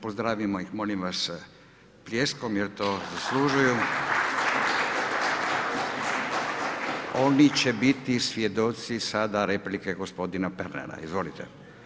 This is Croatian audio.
Pozdravimo ih molim vas pljeskom jer to zaslužuju. Oni će biti svjedoci sada replike gospodina Pernara, izvolite.